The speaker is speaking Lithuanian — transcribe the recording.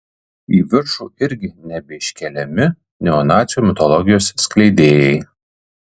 į viršų irgi nebeiškeliami neonacių mitologijos skleidėjai